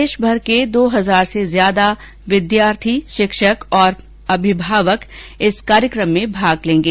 देशभर के दो हजार से अधिक विद्यार्थी शिक्षक और माता पिता कार्यकम में भाग लेंगे